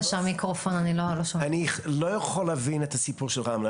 אני לא יכול להבין את הסיפור של רמלה.